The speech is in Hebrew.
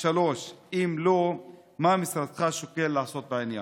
2. אם לא, מה משרדך שוקל לעשות בעניין?